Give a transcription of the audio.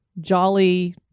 jolly